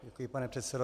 Děkuji, pane předsedo.